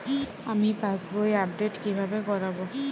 আমি পাসবই আপডেট কিভাবে করাব?